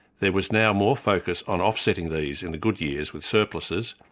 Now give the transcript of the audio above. there was now more focus on offsetting these in the good years with surpluses,